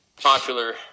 popular